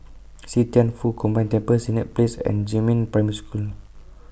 See Thian Foh Combined Temple Senett Place and Jiemin Primary School